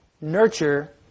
nurture